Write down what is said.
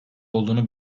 olduğunu